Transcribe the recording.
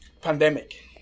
pandemic